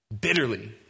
bitterly